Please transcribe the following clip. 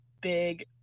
big